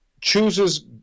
chooses